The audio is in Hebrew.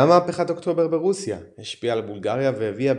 גם מהפכת אוקטובר ברוסיה השפיעה על בולגריה והביאה